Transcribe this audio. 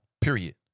Period